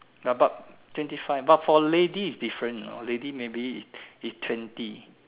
about twenty five but for ladies it's different you know ladies maybe is is twenty